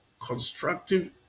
constructive